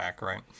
right